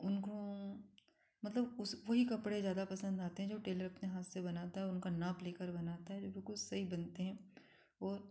उनकों मतलब उस वही कपड़े ज़्यादा पसंद आते हैं जो टेलर अपने हाथ से बनाता है और उनका नाप लेकर बनाता है वो बिल्कुल सही बनते हैं और